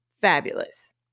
fabulous